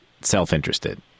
self-interested